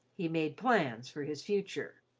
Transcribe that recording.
he made plans for his future.